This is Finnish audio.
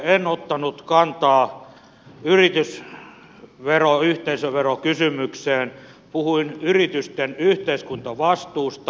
en ottanut kantaa yritysveroyhteisövero kysymykseen puhuin yritysten yhteiskuntavastuusta